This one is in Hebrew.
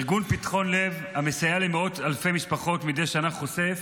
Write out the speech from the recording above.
ארגון פתחון לב המסייע למאות אלפי משפחות מדי שנה חושף